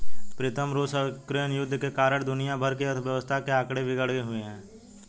प्रीतम रूस और यूक्रेन युद्ध के कारण दुनिया भर की अर्थव्यवस्था के आंकड़े बिगड़े हुए